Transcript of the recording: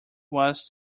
was